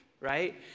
right